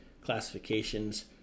classifications